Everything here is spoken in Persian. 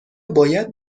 باید